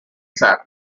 sap